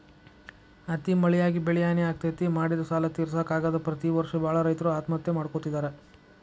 ಅತಿ ಮಳಿಯಾಗಿ ಬೆಳಿಹಾನಿ ಆಗ್ತೇತಿ, ಮಾಡಿದ ಸಾಲಾ ತಿರ್ಸಾಕ ಆಗದ ಪ್ರತಿ ವರ್ಷ ಬಾಳ ರೈತರು ಆತ್ಮಹತ್ಯೆ ಮಾಡ್ಕೋತಿದಾರ